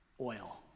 oil